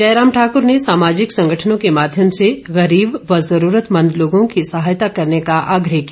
जयराम ठाकुर ने सामाजिक संगठनों के माध्यम से गरीब व ज़रूरतमंद लोगों की सहायता करने का आग्रह किया